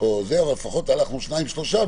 אבל לפחות אנחנו שניים-שלושה,